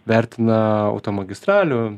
vertina automagistralių